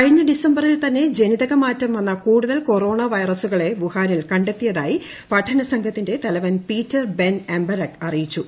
കഴിഞ്ഞ ഡിസംബറിൽ തന്നെ ജനിതകമാറ്റം വന്ന കൂടുതൽ കൊറോണ വൈറസുകളെ വുഹാനിൽ കണ്ടെത്തിയതായി പഠനസംഘത്തിന്റെ തലവൻ പീറ്റർ ബെൻ എംബാറക്ക് അറിയിച്ചു